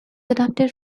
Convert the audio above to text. adapted